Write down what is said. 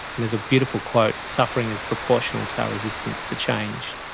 and there's a beautiful quote suffering is proportional to our resistance to change,